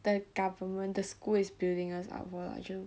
the government the school is building us up for like 就